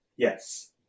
Yes